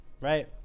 right